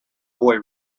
boy